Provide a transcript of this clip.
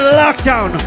lockdown